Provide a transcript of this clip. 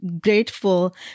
grateful